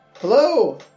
Hello